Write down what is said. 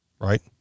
right